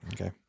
okay